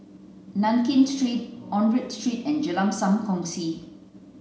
Nankin Street Onraet Road and Jalan Sam Kongsi